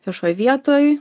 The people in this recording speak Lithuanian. viešoj vietoj